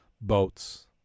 boats